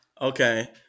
Okay